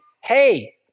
hey